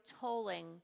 tolling